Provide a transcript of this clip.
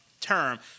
term